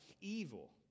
evil